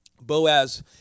Boaz